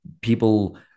people